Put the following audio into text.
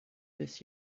this